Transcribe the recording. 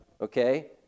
okay